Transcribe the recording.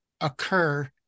occur